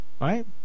Right